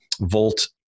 volt